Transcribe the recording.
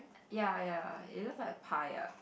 ya ya it looks like pie ah